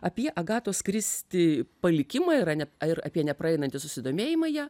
apie agatos kristi palikimą yra ir apie nepraeinantį susidomėjimą ja